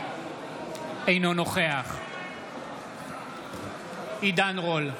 אינו נוכח עידן רול,